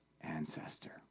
ancestor